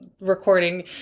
recording